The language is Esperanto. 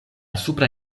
supra